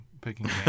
picking